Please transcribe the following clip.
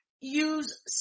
use